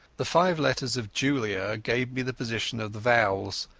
the five letters of ajuliaa gave me the position of the vowels.